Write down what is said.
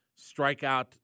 strikeout